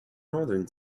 northern